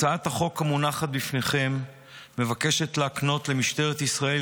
הצעת החוק המונחת בפניכם מבקשת להקנות למשטרת ישראל,